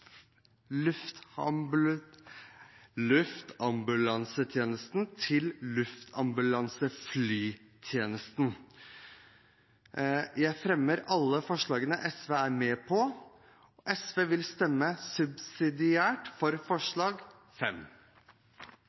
til «luftambulanseflytjenesten». Jeg fremmer forslagene fra SV. SV vil stemme subsidiært for forslag